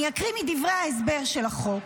אני אקריא מדברי ההסבר של החוק.